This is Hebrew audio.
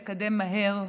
לקדם מהר,